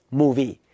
movie